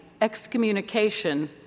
excommunication